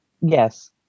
Yes